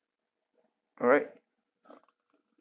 alright uh